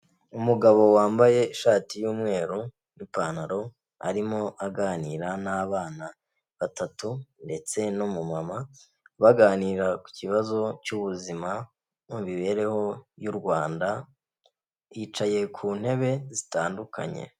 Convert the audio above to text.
Umugabo wambaye ishati y'umweru n'ipantaro arimo aganira n'abana batatu ndetse no n'umumama, baganira ku kibazo cy'ubuzima mu mibereho y'u Rwanda, bicaye ku ntebe zitandukanye.